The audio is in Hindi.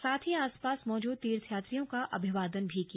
साथ ही आसपास मौजूद तीर्थयात्रियों का अभिवादन किया